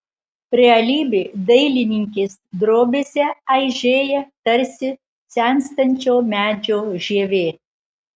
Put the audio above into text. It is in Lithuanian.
realybė dailininkės drobėse aižėja tarsi senstančio medžio žievė